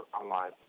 online